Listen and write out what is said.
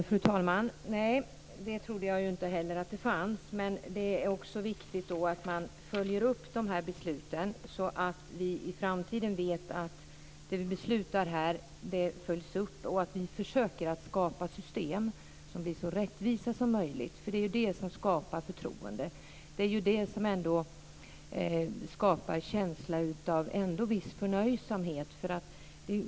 Fru talman! Nej, det trodde jag inte heller att det fanns. Det är viktigt att man följer upp besluten så att vi i framtiden vet att det vi beslutar följs upp, och att vi försöker skapa system som blir så rättvisa som möjligt. Det är det som skapar förtroende. Det är det som skapar känsla av viss förnöjsamhet.